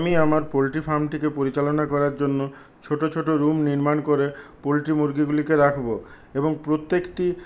আমি আমার পোলট্রি ফার্মটিকে পরিচালনা করার জন্য ছোটো ছোটো রুম নির্মাণ করে পোলট্রি মুরগিগুলিকে রাখব এবং প্রত্যেকটি